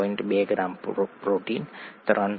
2 gram protein 3